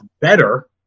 better